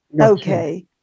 Okay